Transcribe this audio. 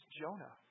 Jonah